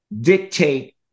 dictate